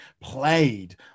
played